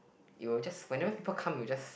it will just whenever people come it will just